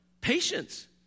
Patience